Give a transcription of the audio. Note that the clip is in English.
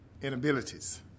inabilities